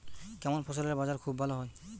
কেমন ফসলের বাজার খুব ভালো হয়?